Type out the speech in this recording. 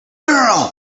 girl